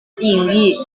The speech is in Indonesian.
tinggi